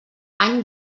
any